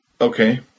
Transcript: okay